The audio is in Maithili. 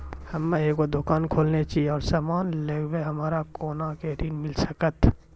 हम्मे एगो दुकान खोलने छी और समान लगैबै हमरा कोना के ऋण मिल सकत?